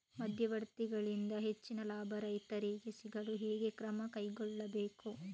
ಮಧ್ಯವರ್ತಿಗಳಿಂದ ಹೆಚ್ಚಿನ ಲಾಭ ರೈತರಿಗೆ ಸಿಗಲು ಹೇಗೆ ಕ್ರಮ ಕೈಗೊಳ್ಳಬೇಕು?